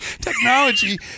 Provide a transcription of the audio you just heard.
technology